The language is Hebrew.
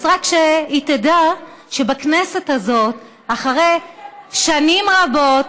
רק שהיא תדע שבכנסת הזאת, אחרי שנים רבות,